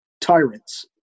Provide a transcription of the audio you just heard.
tyrants